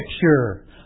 picture